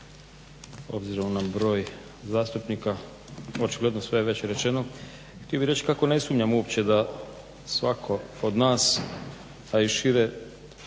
Hvala vam